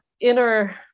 inner